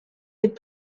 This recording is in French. des